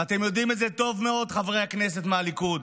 ואתם יודעים את זה טוב מאוד, חברי הכנסת מהליכוד